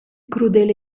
crudele